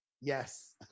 Yes